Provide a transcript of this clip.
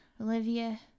Olivia